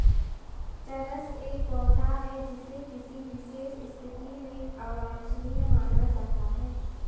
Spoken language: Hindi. चरस एक पौधा है जिसे किसी विशेष स्थिति में अवांछनीय माना जाता है